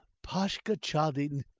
pashka tchadin!